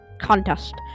contest